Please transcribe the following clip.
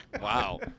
Wow